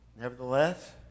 Nevertheless